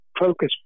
focus